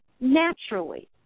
naturally